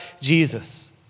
Jesus